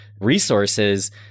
resources